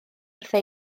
wrtho